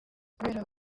kubera